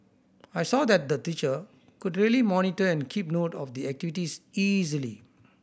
I saw that the teacher could really monitor and keep note of the activities easily